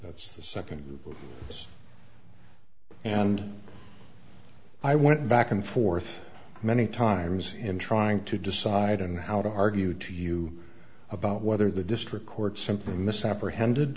that's the second and i went back and forth many times in trying to decide and how to argue to you about whether the district court simply misapprehended